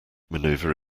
manoeuvre